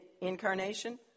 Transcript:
incarnation